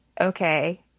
okay